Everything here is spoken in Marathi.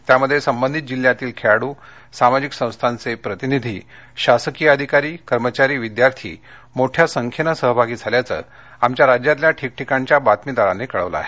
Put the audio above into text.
यामध्ये संबंधित जिल्ह्यातील खेळाडू सामाजिक संस्थांचे प्रतिनिधी शासकीय अधिकारी कर्मचारी विद्यार्थी मोठ्या संख्येने सहभागी झाल्याचं आमच्या राज्यातल्या ठिकठिकाणच्या बातमीदारांनी कळवलं आहे